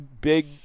big –